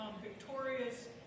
victorious